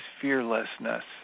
fearlessness